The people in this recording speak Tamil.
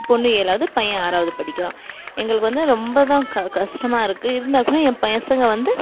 பொண்ணு ஏழாவது பையன் ஆறாவது படிக்கிறான் எங்களுக்கு வந்து ரொம்ப தான் க கஷ்டமா இருக்குது இருந்தால்கூட என் பசங்கள் வந்து